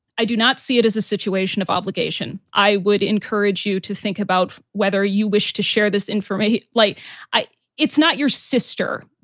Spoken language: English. i do not see it as a situation of obligation. i would encourage you to think about whether you wish to share this information like it's not your sister,